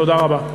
תודה רבה.